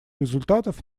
результатов